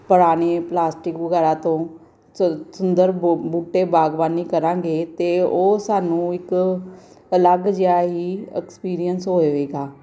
ਪੁਰਾਣੀ ਪਲਾਸਟਿਕ ਵਗੈਰਾ ਤੋਂ ਸੁ ਸੁੰਦਰ ਬੂ ਬੂਟੇ ਬਾਗਵਾਨੀ ਕਰਾਂਗੇ ਅਤੇ ਉਹ ਸਾਨੂੰ ਇੱਕ ਅਲੱਗ ਜਿਹਾ ਹੀ ਐਕਸਪੀਰੀਅੰਸ ਹੋਵੇਗਾ